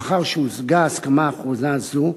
לאחר שהושגה הסכמה אחרונה זו,